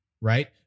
right